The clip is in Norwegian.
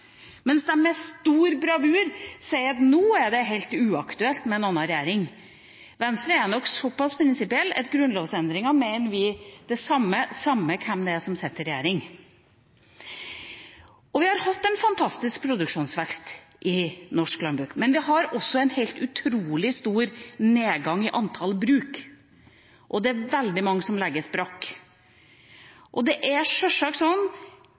mens de nå med stor bravur – med en annen regjering – sier at det er helt uaktuelt. I Venstre er vi såpass prinsipielle at grunnlovsendringer mener vi det samme om samme hvem som sitter i regjering. Vi har hatt en fantastisk produksjonsvekst i norsk landbruk, men vi har også en helt utrolig stor nedgang i antall bruk, og det er veldig mange som legges brakk. Det er selvsagt sånn